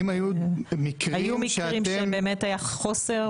היו מקרים שבהם באמת היה חוסר?